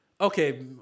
Okay